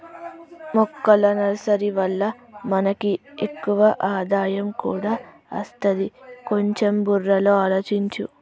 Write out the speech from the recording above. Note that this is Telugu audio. మొక్కల నర్సరీ వల్ల మనకి ఎక్కువ ఆదాయం కూడా అస్తది, కొంచెం బుర్రలో ఆలోచించు